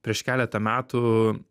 prieš keletą metų